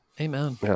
Amen